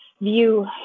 view